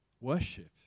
worship